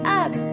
up